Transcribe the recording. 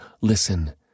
Listen